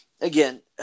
again